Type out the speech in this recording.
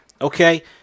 okay